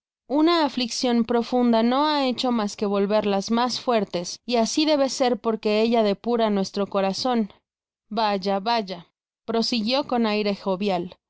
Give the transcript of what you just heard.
una afliccion profunda no ha hecho mas que volverlas mas fuertes y asi debe ser porque ella depura nuestro corazon vaya vaya prosiguió con aire jovial